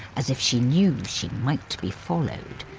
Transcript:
as if she knew she might be followed.